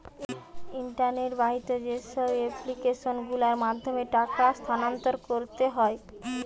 internet বাহিত যেইসব application গুলোর মাধ্যমে টাকা স্থানান্তর করতে হয়